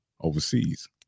overseas